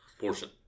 portion